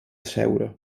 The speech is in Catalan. seure